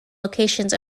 locations